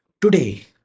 today